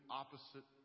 opposite